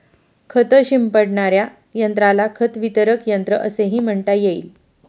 खत शिंपडणाऱ्या यंत्राला खत वितरक यंत्र असेही म्हणता येईल